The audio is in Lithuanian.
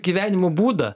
gyvenimo būdą